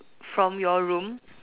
from your room